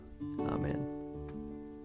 Amen